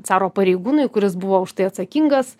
caro pareigūnui kuris buvo už tai atsakingas